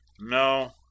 No